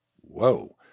whoa